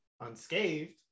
unscathed